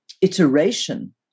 iteration